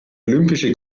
olympische